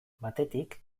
batetik